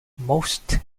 most